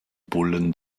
bullen